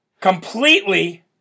completely